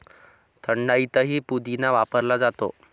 थंडाईतही पुदिना वापरला जातो